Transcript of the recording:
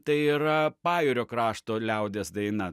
tai yra pajūrio krašto liaudies daina